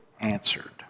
answered